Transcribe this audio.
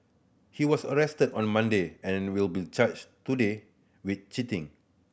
he was arrested on Monday and will be charged today with cheating